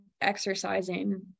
exercising